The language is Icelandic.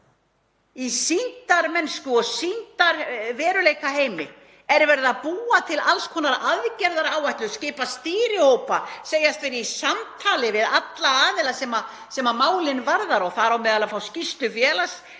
Í sýndarmennsku- og sýndarveruleikaheimi er verið að búa til alls konar aðgerðaáætlanir, skipa stýrihópa, segjast vera í samtali við alla aðila sem málið varðar og þar á meðal að fá stærðarinnar